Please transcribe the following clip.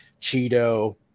Cheeto